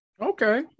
Okay